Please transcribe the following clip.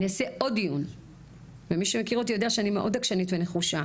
אני אעשה עוד דיון ומי שמכיר אותי יודע שאני מאד עקשנית ונחושה.